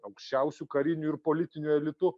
aukščiausiu kariniu ir politiniu elitu